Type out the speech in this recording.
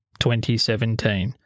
2017